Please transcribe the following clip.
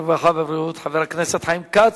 הרווחה והבריאות חבר הכנסת חיים כץ.